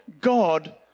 God